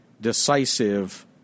decisive